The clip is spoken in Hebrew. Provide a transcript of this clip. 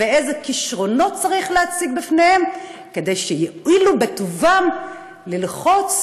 ואיזה כישרונות צריך להציג בפניהם כדי שיואילו בטובם ללחוץ